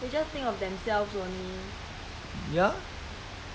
eh this that one belong to me I don't let you play you see